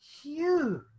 Huge